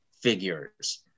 figures